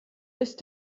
ist